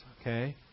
okay